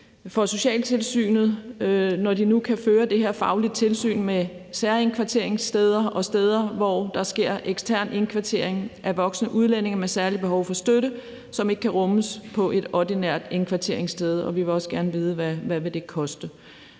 for socialtilsynet, når de nu kan føre det her faglige tilsyn med særindkvarteringssteder og steder, hvor der sker ekstern indkvartering af voksne udlændinge med et særligt behov for støtte, som ikke kan rummes på et ordinært indkvarteringssted. Og vi vil også gerne vide, hvad det vil koste.